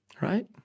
right